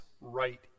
right